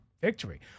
victory